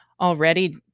already